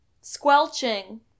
Squelching